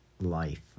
life